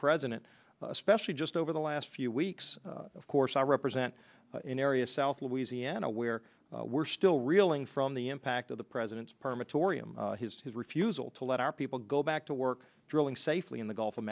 president especially just over the last few weeks of course i represent an area south louisiana where we're still reeling from the impact of the president's permits oreo his his refusal to let our people go back to work drilling safely in the gulf of